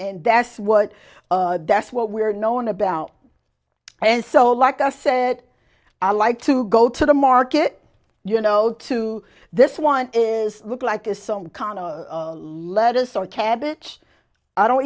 and that's what that's what we're known about and so like i said i like to go to the market you know to this one is look like is some kind of lettuce or cabbage i don't